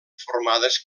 formades